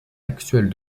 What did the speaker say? actuel